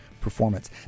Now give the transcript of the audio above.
performance